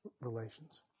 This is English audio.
relations